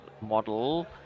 model